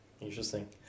Interesting